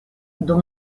dum